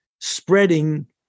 spreading